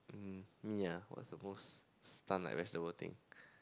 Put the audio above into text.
mm um yeah what's the most stunned like vegetable thing